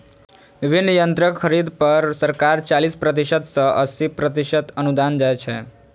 विभिन्न यंत्रक खरीद पर सरकार चालीस प्रतिशत सं अस्सी प्रतिशत अनुदान दै छै